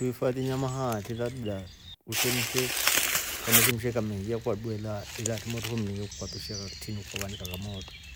Iifadhi nyama haatri labda ngishemshe, ngameshemsha ikamehiya ukadua iltre moto fo mruveni ukatoshia ktini ukavanika ila motro.